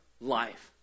life